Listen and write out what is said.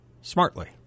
smartly